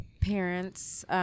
parents